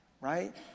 right